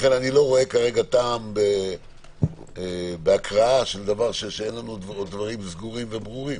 לכן אני לא רואה כרגע טעם בהקראת דבר שאין לנו דברים סגורים וברורים.